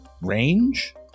Range